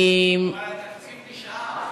אבל התקציב נשאר.